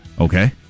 Okay